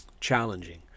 challenging